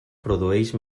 produeix